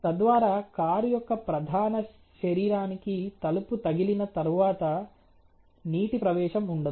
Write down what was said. తద్వారా కారు యొక్క ప్రధాన శరీరానికి తలుపు తగిలిన తర్వాత నీటి ప్రవేశం ఉండదు